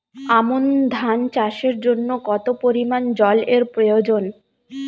আমন ধান চাষের জন্য কত পরিমান জল এর প্রয়োজন?